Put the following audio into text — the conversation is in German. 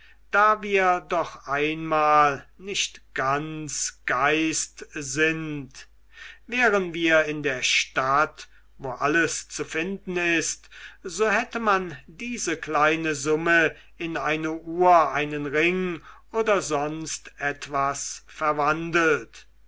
da wir doch einmal nicht ganz geist sind wären wir in der stadt wo alles zu finden ist so hätte man diese kleine summe in eine uhr einen ring oder sonst etwas verwandelt